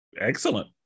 excellent